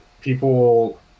people